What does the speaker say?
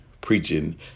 preaching